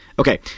Okay